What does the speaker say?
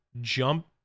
jump